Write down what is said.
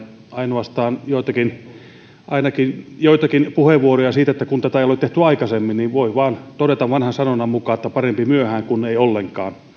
ainoastaan joitakin puheenvuoroja siitä että tätä ei ole tehty aikaisemmin niin voi vain todeta vanhan sanonnan mukaan että parempi myöhään kuin ei ollenkaan